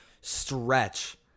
stretch